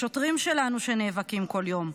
לשוטרים שלנו שנאבקים כל יום,